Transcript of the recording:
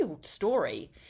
story